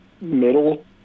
middle